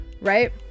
right